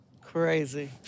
Crazy